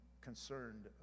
concerned